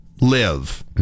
live